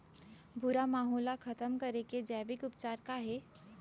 भूरा माहो ला खतम करे के जैविक उपचार का हे?